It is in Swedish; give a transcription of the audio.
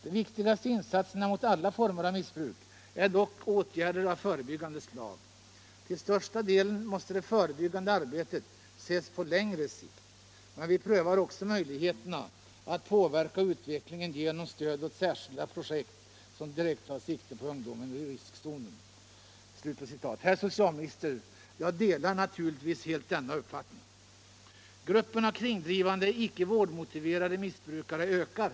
De viktigaste insatserna mot alla former av missbruk är dock åtgärder av förebyggande slag. Till största delen måste det förebyggande arbetet ses på längre sikt, men vi prövar också möjligheterna att påverka utvecklingen genom stöd åt särskilda projekt som direkt tar sikte på ungdomar i riskzonen.” Herr socialminister, jag delar naturligtvis helt denna uppfattning. Gruppen av kringdrivande, icke vårdmotiverade missbrukare ökar.